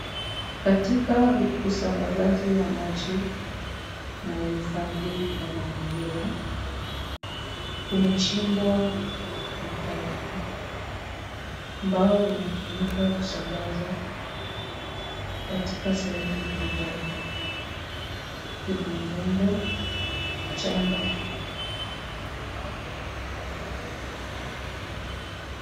Katika usambazaji wa maji na uhifadhi wa mazingira umechimbwa mtaro ambao unatumika kusambaza katika sehemu mbalimbali. Kuna udongo, mchanga.